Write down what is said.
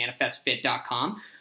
ManifestFit.com